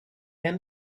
end